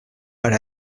per